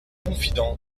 confident